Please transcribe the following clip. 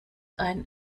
ein